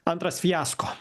antras fiasko